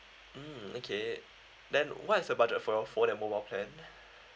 mm okay then what is the budget for your phone and mobile plan